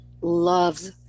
loves